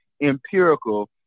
empirical